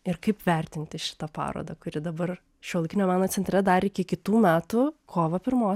ir kaip vertinti šitą parodą kuri dabar šiuolaikinio meno centre dar iki kitų metų kovo pirmos